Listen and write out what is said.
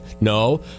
no